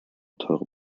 teure